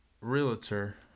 realtor